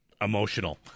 Emotional